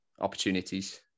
opportunities